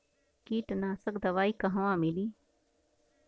कीटनाशक दवाई कहवा मिली?